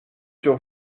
sur